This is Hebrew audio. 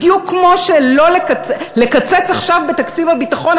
בדיוק כמו שלקצץ עכשיו בתקציב הביטחון,